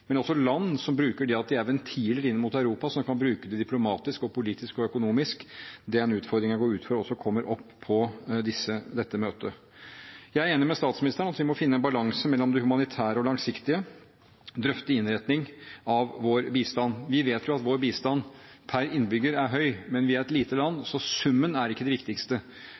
men det gjør også land som mener de er ventiler inn mot Europa, og som kan bruke det diplomatisk, politisk og økonomisk. Det er en utfordring jeg går ut fra også kommer opp på dette møtet. Jeg er enig med statsministeren i at vi må finne en balanse mellom det humanitære og det langsiktige, drøfte innretningen av vår bistand. Vi vet jo at vår bistand per innbygger er høy, men vi er et lite land, så summen er ikke det viktigste,